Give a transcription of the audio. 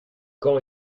quand